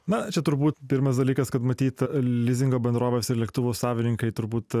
na čia turbūt pirmas dalykas kad matyt lizingo bendrovės ir lėktuvų savininkai turbūt